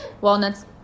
walnuts